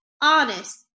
honest